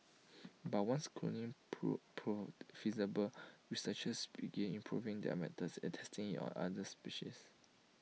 but once cloning prove proved feasible researchers began improving their methods and testing IT on other species